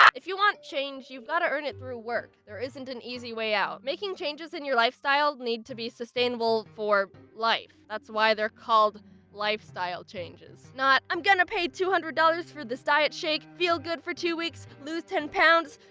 if you want change, you've got to earn it through work. there isn't an easy way out. making changes in your lifestyle need to be sustainable for. life. that's why they're called lifestyle changes, not. i'm gonna pay two hundred dollars for this diet shake feel good for two weeks, lose ten pounds